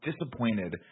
disappointed